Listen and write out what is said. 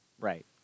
Right